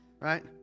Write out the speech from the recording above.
right